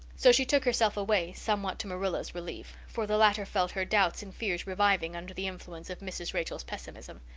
so she took herself away, somewhat to marilla's relief, for the latter felt her doubts and fears reviving under the influence of mrs. rachel's pessimism.